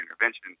intervention